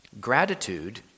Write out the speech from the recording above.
gratitude